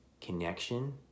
connection